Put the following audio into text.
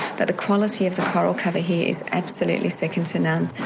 the the quality of the coral cover here is absolutely second to none.